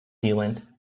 zealand